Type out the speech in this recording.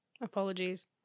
Apologies